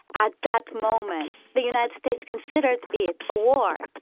at that moment, the united states considered it a war